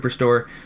Superstore